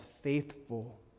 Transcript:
faithful